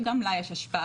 שגם לה יש השפעה,